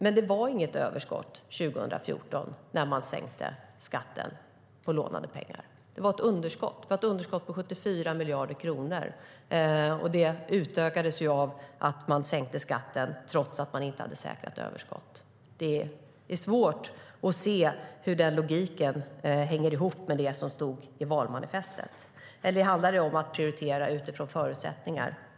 Men det var inget överskott 2014 när man sänkte skatten med lånade pengar. Det var ett underskott - ett underskott på 74 miljarder kronor. Det utökades av att man sänkte skatten trots att man inte hade säkrat överskott. Det är svårt att se hur logiken hänger ihop med det som stod i valmanifestet. Eller handlar också detta om att prioritera utifrån förutsättningar?